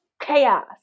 Chaos